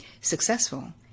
successful